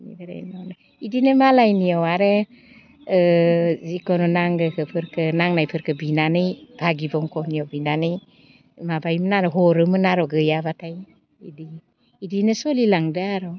इदिनो मालायनियाव आरो जिखुनु नांगोफोरखो नांनायफोरखो बिनानै भागि बंख'नियाव बिनानै माबायोमोन आर' हरोमोन आर' गैयाब्लाथाय इदि इदिनो सलिलांदो आर'